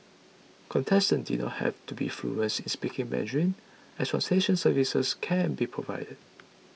contestants did not have to be fluent in speaking Mandarin as translation services can be provided